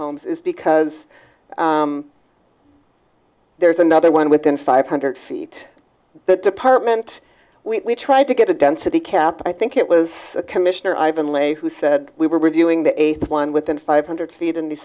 homes is because there's another one within five hundred feet the department we tried to get a density cap i think it was commissioner ivan lay who said we were reviewing the eighth one within five hundred feet and he